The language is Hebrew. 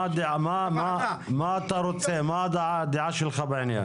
מה הדעה שלך בעניין.